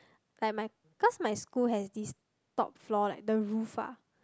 like my cause my school has this top floor like the roof ah